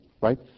right